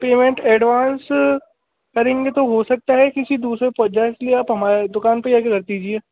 payment advance करेंगे तो हो सकता है किसी दूसरे पहुँच जाए इसलिए आप हमारे दुकान पर आकर ही रख दीजिए